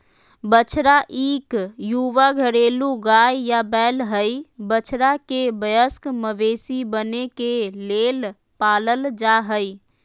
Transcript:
बछड़ा इक युवा घरेलू गाय या बैल हई, बछड़ा के वयस्क मवेशी बने के लेल पालल जा हई